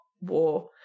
war